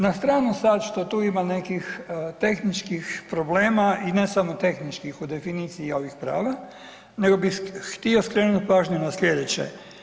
Na stranu sad što tu ima nekih tehničkih problema i ne samo tehničkih u definiciji ovih prava, nego htio skrenuti pažnju na slijedeće.